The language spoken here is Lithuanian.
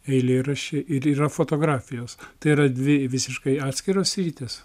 eilėraščiai ir yra fotografijos tai yra dvi visiškai atskiros sritys